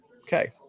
Okay